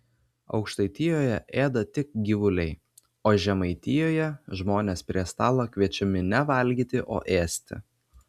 aukštaitijoje ėda tik gyvuliai o žemaitijoje žmonės prie stalo kviečiami ne valgyti o ėsti